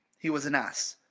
he was an ass,